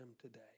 today